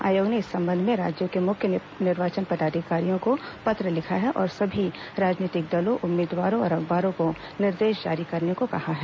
आयोग ने इस सम्बन्ध में राज्यों के मुख्य निर्वाचन पदाधिकारियों को पत्र लिखा है और सभी राजनीतिक दलों उम्मीदवारों और अखबारों को निर्देश जारी करने को कहा है